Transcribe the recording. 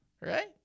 right